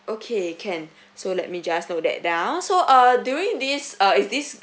okay can so let me just note that down so uh during this uh is this